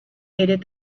hated